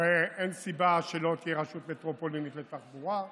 הרי אין סיבה שלא תהיה רשות מטרופולינית לתחבורה,